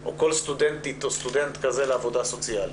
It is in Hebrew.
או כל סטודנטית או סטודנט כזה לעבודה סוציאלית?